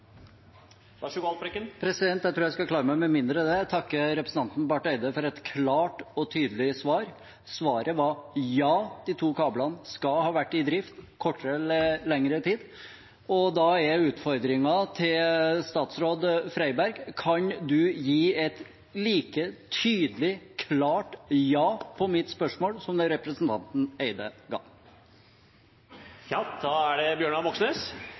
Jeg tror jeg skal klare meg med mindre enn det. Jeg vil takke representanten Barth Eide for et klart og tydelig svar. Svaret var ja, de to kablene skal ha vært i drift i kortere eller lengre tid. Da er utfordringen til statsråd Freiberg: Kan statsråden svare et like klart og tydelig ja på mitt spørsmål som det representanten Barth Eide gjorde? Representanten Bjørnar Moxnes